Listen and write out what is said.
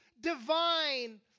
divine